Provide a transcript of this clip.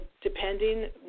Depending